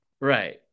Right